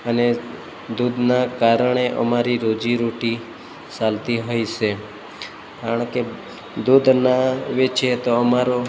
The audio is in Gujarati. અને દૂધના કારણે અમારી રોજી રોટી ચાલતી હોય છે કારણ કે દૂધ ન વેચીએ તો અમારો